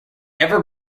ever